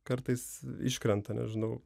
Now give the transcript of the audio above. kartais iškrenta nežinau